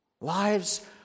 Lives